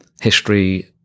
history